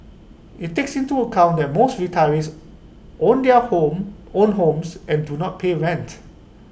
IT takes into account that most retirees own their homes own homes and do not pay rent